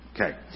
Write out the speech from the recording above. Okay